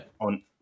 on